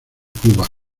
cuba